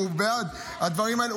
הוא בעד הדברים האלה,